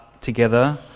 together